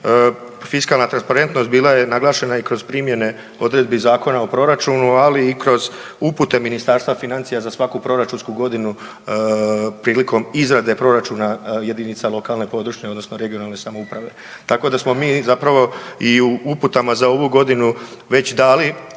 Fiskalna transparentnost bila je naglašena i kroz primjene odredbi Zakona o proračunu, ali i kroz upute Ministarstva financija za svaku proračunsku godinu prilikom izrade proračuna jedinica lokalne, područne odnosno regionalne samouprave. Tako da smo mi zapravo i u uputama za ovu godinu već dali